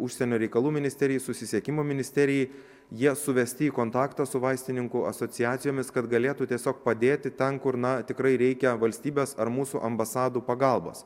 užsienio reikalų ministerijai susisiekimo ministerijai jie suvesti į kontaktą su vaistininku asociacijomis kad galėtų tiesiog padėti ten kur na tikrai reikia valstybės ar mūsų ambasadų pagalbos